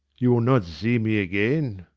you will not see me again.